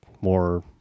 more